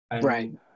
Right